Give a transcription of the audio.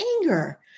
anger